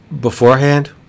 beforehand